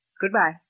Goodbye